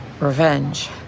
revenge